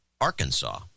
Arkansas